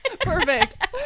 Perfect